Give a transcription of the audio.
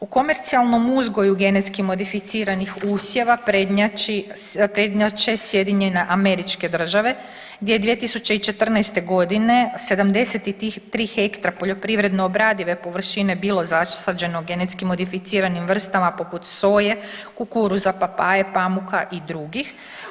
U komercijalnom uzgoju genetski modificiranih usjeva prednjači, prednjače SAD gdje je 2014. godine 73 hektra poljoprivredno obradive površine bilo zasađeno genetski modificiranim vrstama poput soje, kukuruza, papaje, pamuka i drugih.